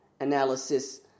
analysis